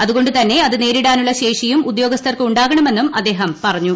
അതുകൊണ്ടു തന്നെ അത് നേരിടാനുള്ള ശേഷിയും ഉദ്യോഗസ്ഥർക്ക് ഉണ്ടാകണമെന്നും അദ്ദേഹം പറഞ്ഞു